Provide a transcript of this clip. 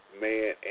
man